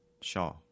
Shaw